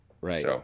Right